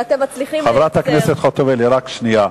חברת הכנסת חוטובלי, רק רגע.